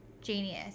genius